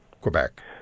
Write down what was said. Quebec